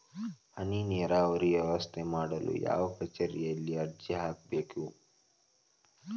ಹನಿ ನೇರಾವರಿ ವ್ಯವಸ್ಥೆ ಮಾಡಲು ಯಾವ ಕಚೇರಿಯಲ್ಲಿ ಅರ್ಜಿ ಹಾಕಬೇಕು?